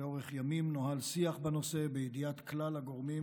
לאורך ימים נוהל שיח בנושא בידיעת כלל הגורמים